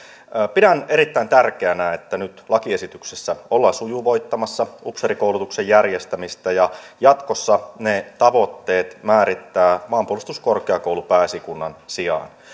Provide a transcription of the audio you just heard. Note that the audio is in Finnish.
pidän erittäin tärkeänä että nyt lakiesityksessä ollaan sujuvoittamassa upseerikoulutuksen järjestämistä ja jatkossa ne tavoitteet määrittää maanpuolustuskorkeakoulu pääesikunnan sijaan